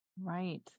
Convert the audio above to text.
Right